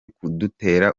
kudutera